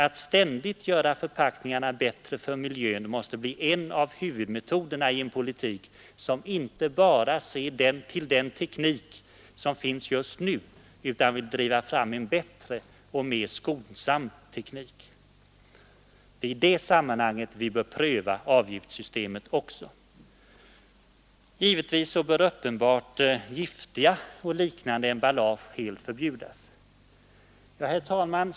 Att ständigt göra förpackningarna bättre för miljön måste bli en av huvudmetoderna i en politik som inte bara ser till den teknik som finns just nu utan vill driva fram en bättre och mer skonsam teknik. Det är i det sammanhanget vi bör pröva avgiftssystemet också. Givetvis bör uppenbart giftiga och liknande emballage helt förbjudas. Herr talman!